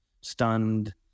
stunned